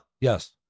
Yes